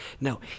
No